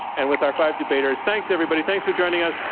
and with our five debaters. thanks, everybody. thanks for joining us.